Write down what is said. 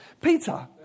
Peter